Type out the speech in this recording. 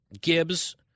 Gibbs